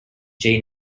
jay